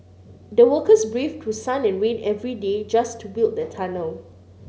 the workers braved through sun and rain every day just to build the tunnel